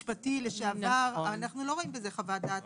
משפטי לשעבר אנחנו לא רואים בזה חוות דעת משפטית,